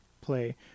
play